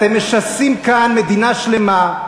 אתם משסים כאן מדינה שלמה,